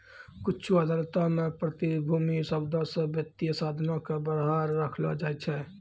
कुछु अदालतो मे प्रतिभूति शब्दो से वित्तीय साधनो के बाहर रखलो जाय छै